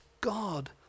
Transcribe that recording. God